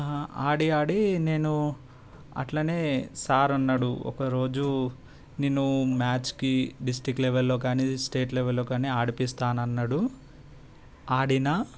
ఆడి ఆడి నేను అట్లనే సార్ అన్నాడు ఒకరోజు నిన్ను మ్యాచ్కి డిస్టిక్ లెవెల్లో కానీ స్టేట్ లెవెల్లో కానీ ఆడిపిస్తానన్నాడు ఆడిన